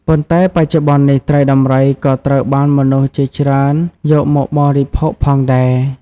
ប៉ុន្តែបច្ចុប្បន្ននេះ ត្រីដំរីក៏ត្រូវបានមនុស្សជាច្រើន យកមកបរិភោគផងដែរ។